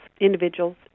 individuals